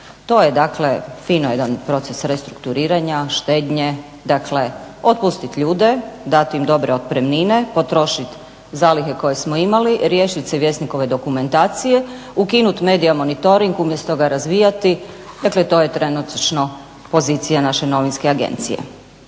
To je dakle fino jedan proces restrukturiranja, štednje, dakle otpustit ljude, dati im dobre otpremnine, potrošit zalihe koje smo imali, riješit se Vjesnikove dokumentacije, ukinut Media monitoring umjesto ga razvijati. Dakle to je trenutačno pozicija naše novinske agencije.